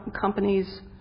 companies